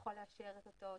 יכול לאשר את אותו תרגום.